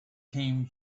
came